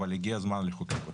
אבל הגיע הזמן לחוקק אותו.